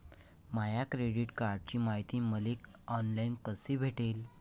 माया credit कार्डची मायती मले ऑनलाईन कसी भेटन?